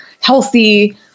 healthy